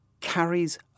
carries